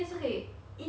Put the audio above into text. manageable lah